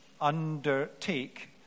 undertake